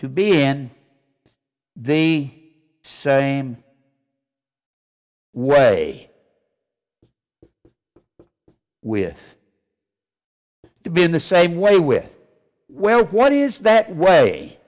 to be in the same way with to be in the same way with well what is that way